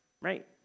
right